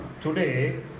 today